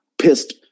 pissed